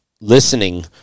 listening